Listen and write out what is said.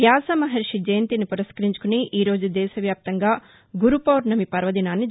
వ్యాస మహర్వి జయంతిని పురస్వరించుకుని ఈ రోజు దేశవ్యాప్తంగా గురుపౌర్ణమి పర్వదినాన్ని న్